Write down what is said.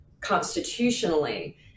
constitutionally